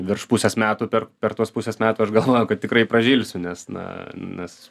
virš pusės metų per per tuos pusės metų aš galvojau kad tikrai pražilsiu nes na nes